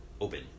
open